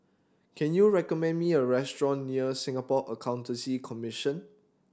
can you recommend me a restaurant near Singapore Accountancy Commission